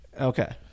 Okay